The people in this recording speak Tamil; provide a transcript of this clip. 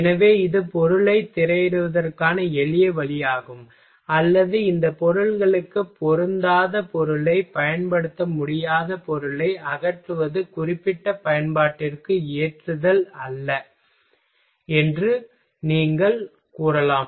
எனவே இது பொருளைத் திரையிடுவதற்கான எளிய வழியாகும் அல்லது இந்த பொருட்களுக்குப் பொருந்தாத பொருளைப் பயன்படுத்த முடியாத பொருளை அகற்றுவது குறிப்பிட்ட பயன்பாட்டிற்கு ஏற்றதல்ல என்று நீங்கள் கூறலாம்